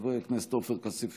חבר הכנסת עופר כסיף,